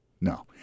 No